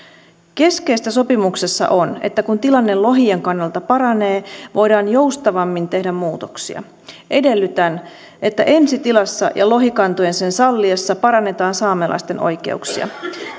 keskeistä sopimuksessa on että kun tilanne lohien kannalta paranee voidaan joustavammin tehdä muutoksia edellytän että ensi tilassa ja lohikantojen sen salliessa parannetaan saamelaisten oikeuksia